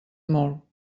molt